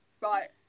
right